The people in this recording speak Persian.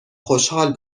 خوشحال